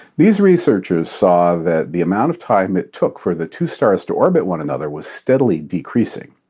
these researchers saw that the amount of time it took for the two stars to orbit one another was steadily decreasing.